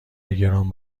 گران